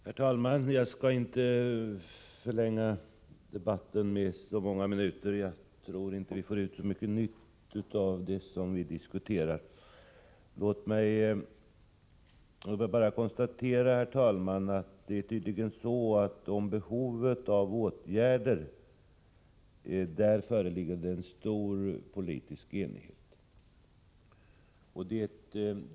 Herr talman! Jag skall inte förlänga debatten med så många minuter. Jag tror inte att vi får ut så mycket nytt av det som vi diskuterar. Låt mig bara konstatera, herr talman, att det tydligen föreligger stor politisk enighet om behovet av åtgärder.